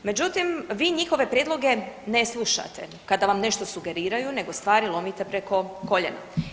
Međutim, vi njihove prijedloge ne slušate kada vam nešto sugeriraju nego stvari lomite preko koljena.